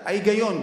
ההיגיון.